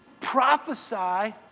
prophesy